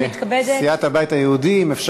סגנית שר הפנים פניה קירשנבאום ביקשה